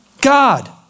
God